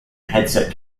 headset